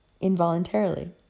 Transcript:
involuntarily